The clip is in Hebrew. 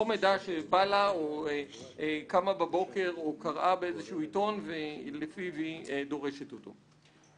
לא מידע שבא לה או קמה בבוקר וקראה בעיתון ולפי זה היא דורשת אותו.